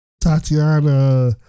Tatiana